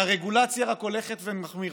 והרגולציה רק הולכת ומחמירה.